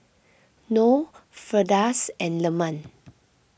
Noh Firdaus and Leman